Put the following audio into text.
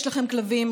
יש לכם כלבים,